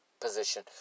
position